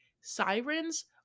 sirens